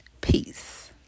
Peace